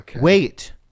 Wait